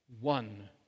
one